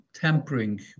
tampering